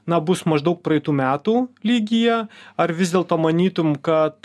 na bus maždaug praeitų metų lygyje ar vis dėlto manytum kad